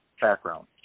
background